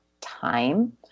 time